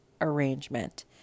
arrangement